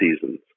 seasons